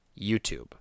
YouTube